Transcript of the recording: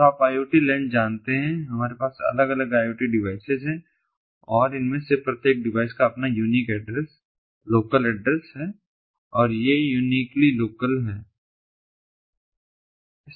तो आप IoT LAN जानते हैं हमारे पास अलग अलग IoT डिवाइसेज हैं और इनमें से प्रत्येक डिवाइस का अपना यूनीक एड्रेस लोकल ऐड्रेस है और ये यूनिकली लोकल एड्रेस हैं